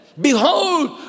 behold